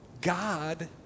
God